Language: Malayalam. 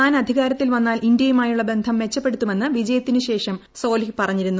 താൻ അധികാരത്തിൽ വന്നാൽ ഇന്ത്യയുമായുള്ള ബന്ധം മെച്ചപ്പെടുത്തുമെന്ന് വിജയത്തിനു ശേഷം സോലിഹ് പറഞ്ഞിരുന്നു